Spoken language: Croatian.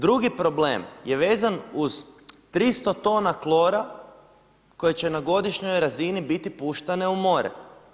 Drugi problem je vezan uz 300 tona klora koje će na godišnjoj razini biti puštene u more.